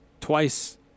Twice